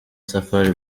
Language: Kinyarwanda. safari